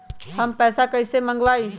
हम पैसा कईसे मंगवाई?